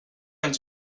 anys